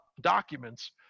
documents